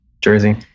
Jersey